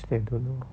sian don't know